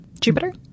Jupiter